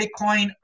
Bitcoin